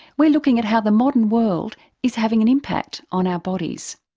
we're looking at how the modern world is having an impact on our bodies.